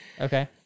Okay